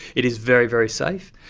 it is very, very safe.